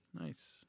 nice